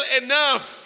enough